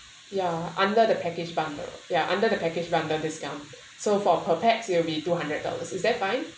ya under the package bundle ya under the package bundle discount so for per pax it will be two hundred dollars is that fine